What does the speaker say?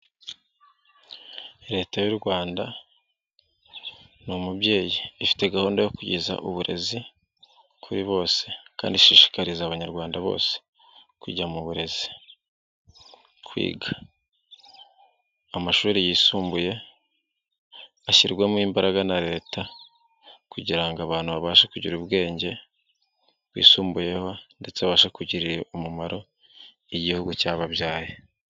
Leta y'u Rwanda ni umubyeyi. Ifite gahunda yo kugeza uburezi kuri bose kandi ishishikariza abanyarwanda bose kujya mu burezi. Amashuri yisumbuye ashyirwamo imbaraga na leta kugira ngo abantu babashe kugira ubwenge bwisumbuyeho ndetse abashe kugirira umumaro igihugu cyababyaye.